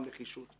מה אתם רוצים.